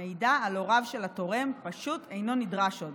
המידע על הוריו של התורם פשוט אינו נדרש עוד.